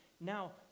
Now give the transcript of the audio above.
Now